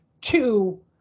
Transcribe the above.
Two